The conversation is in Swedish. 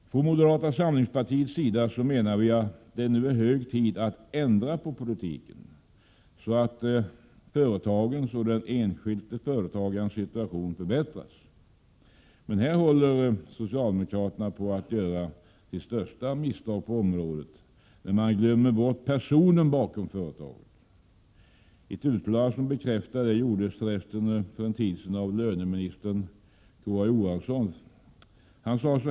Från moderata samlingspartiets sida menar vi att det nu är hög tid att ändra på politiken så att företagens och den enskilde företagarens situation förbättras. Men här håller socialdemokraterna på att göra sitt största misstag på området, när man glömmer bort personen bakom företaget. Ett uttalande som bekräftar detta gjordes för en tid sedan av löneminister Bengt K Å Johansson.